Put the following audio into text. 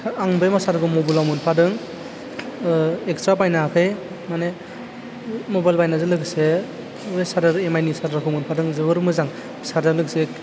आं बे मा चार्जारखौ माबाइलाव मोनफादों इकस्रा बायनाङाखै मानि मबाइल बायनायजों लोगोसे बे चार्जार एमआईनि चार्जारखौ मोनफादों जोबोर मोजां बे चार्जार लोगोसे